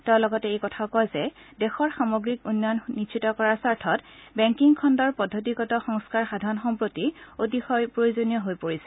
তেওঁ লগতে এই কথাও কয় যে দেশৰ সামগ্ৰিক উন্নয়ন নিশ্চিত কৰাৰ স্বাৰ্থত বেংকিং খণ্ডৰ পদ্ধতিগত সংস্কাৰ সাধন সম্প্ৰতি অতিশয় প্ৰয়োজনীয় হৈ দেখা দিছে